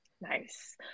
Nice